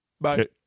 Bye